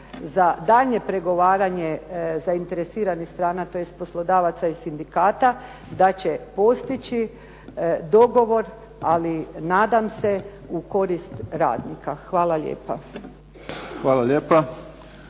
za daljnje pregovaranje zainteresiranih strana tj. poslodavaca i sindikata, da će postići dogovor, ali nadam se u korist radnika. Hvala lijepa.